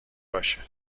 باشه